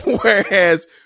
Whereas